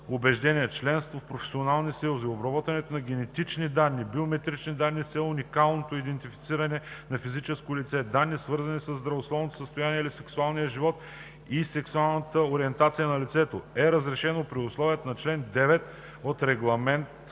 убеждения, членство в професионални съюзи, обработването на генетични данни, биометрични данни с цел уникално идентифициране на физическото лице, данни, свързани със здравословното състояние или сексуалния живот и сексуалната ориентация на лицето, е разрешено при условията на чл. 9 от Регламент